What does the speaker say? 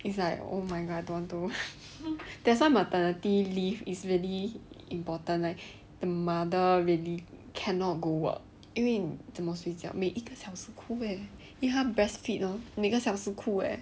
it's like oh my god I don't want to work that's why maternity leave is really important like the mother really cannot go work 因为怎么睡觉每一个小时哭 leh 因为他 breastfeed mah 每个小时哭 leh